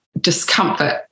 discomfort